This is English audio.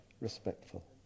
respectful